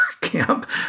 camp